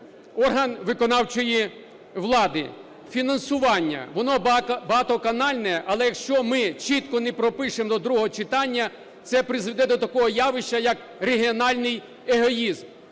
орган виконавчої влади. Фінансування. Воно багатоканальне, але якщо ми чітко не пропишемо до другого читання, це призведе до такого явища як регіональний егоїзм,